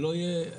שלא יהיה,